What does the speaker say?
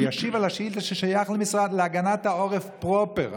וישיב על השאילתה ששייכת להגנת העורף פרופר.